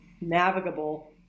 navigable